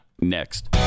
next